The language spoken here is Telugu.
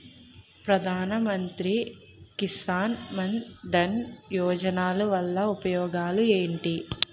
ప్రధాన మంత్రి కిసాన్ మన్ ధన్ యోజన వల్ల ఉపయోగాలు ఏంటి?